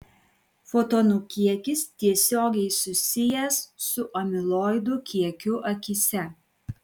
fotonų kiekis tiesiogiai susijęs su amiloidų kiekiu akyse